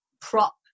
prop